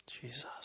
Jesus